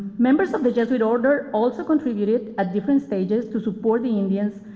members of the jesuit order also contributed at different stages to support the indians,